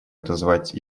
отозвать